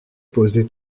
posé